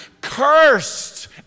cursed